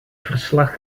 verslag